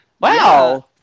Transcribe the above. Wow